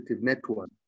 Network